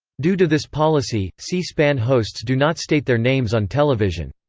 due to this policy, c-span hosts do not state their names on television.